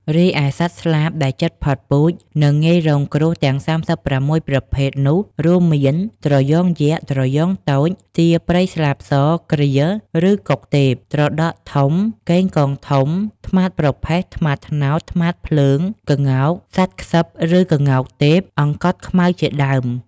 រីឯសត្វស្លាបដែលជិតផុតពូជ និងងាយរងគ្រោះទាំង ៣៦ ប្រភេទនោះ រួមមាន ត្រយងយក្ស ត្រយងតូច ទាព្រៃស្លាបស ក្រៀល ឬកុកទេព ត្រដក់ធំ កេងកងធំ ត្មាតប្រផេះ ត្មោតត្នោត ត្មាតភ្លើង ក្ងោក សត្វក្សឹប ឬក្ងោកទេព អង្កត់ខ្មៅជាដើម។